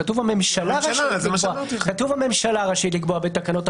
כתוב "הממשלה רשאית לקבוע בתקנות".